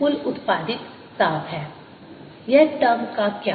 Power suppliedϵIt12LdI2dtRI2 Total energy 0ϵItdt12LI2RI2dt इस term का क्या